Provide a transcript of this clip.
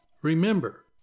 Remember